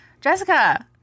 Jessica